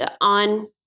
on